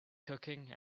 cooking